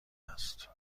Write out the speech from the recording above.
است